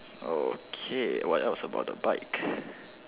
okay what else about the bike